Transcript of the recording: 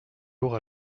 lourds